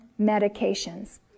medications